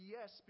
yes